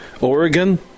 Oregon